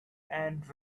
and